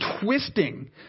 twisting